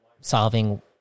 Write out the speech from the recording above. solving